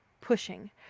pushing